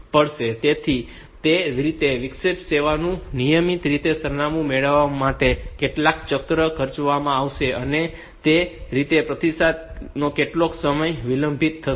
તેથી તે રીતે વિક્ષેપિત સેવાનું નિયમિત સરનામું મેળવવામાં કેટલાક ચક્ર ખર્ચવામાં આવશે અને તે રીતે પ્રતિસાદમાં તેટલો સમય વિલંબિત થશે